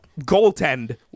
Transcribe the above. goaltend